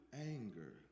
anger